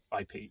IP